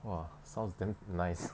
!wah! sounds damn nice